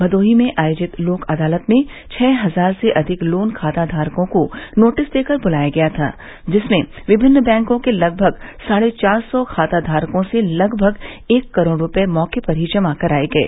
भदोही में आयोजित लोक अदालत में छह हजार से अधिक लोन खाता धारको को नोटिस देकर बुलाया गया था जिसमें विभिन्न बैंकों के लगभग साढ़े चार सौ खाता धारकों से लगभग एक करोड़ रूपये मौके पर ही जमा कराये गये